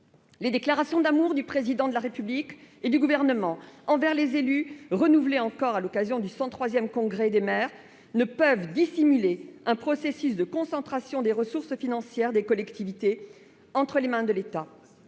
Les déclarations d'amour du Président de la République et du Gouvernement envers les élus, renouvelées encore à l'occasion du 103 Congrès des maires, ne peuvent dissimuler un processus de concentration des ressources financières des collectivités entre les mains de l'État.